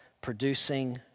producing